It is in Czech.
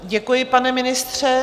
Děkuji, pane ministře.